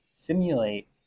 simulate